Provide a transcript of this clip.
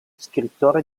scrittore